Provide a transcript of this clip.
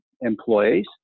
employees